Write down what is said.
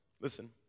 Listen